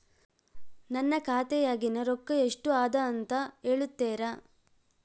ನನ್ನ ಖಾತೆಯಾಗಿನ ರೊಕ್ಕ ಎಷ್ಟು ಅದಾ ಅಂತಾ ಹೇಳುತ್ತೇರಾ?